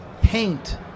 paint